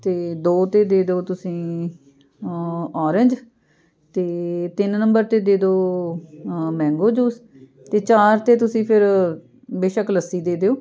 ਅਤੇ ਦੋ 'ਤੇ ਦੇ ਦਿਉ ਤੁਸੀਂ ਔਰੇਂਜ ਅਤੇ ਤਿੰਨ ਨੰਬਰ 'ਤੇ ਦੇ ਦਿਉ ਮੈਂਗੋ ਜੂਸ ਅਤੇ ਚਾਰ 'ਤੇ ਤੁਸੀਂ ਫਿਰ ਬੇਸ਼ੱਕ ਲੱਸੀ ਦੇ ਦਿਓ